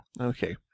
Okay